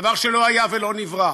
דבר שלא היה ולא נברא,